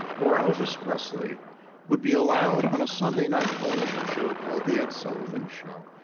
or elvis presley would be allowed on a sunday night television show called the ed sullivan show,